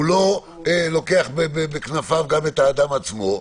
הוא לא לוקח בכנפיו גם את האדם עצמו.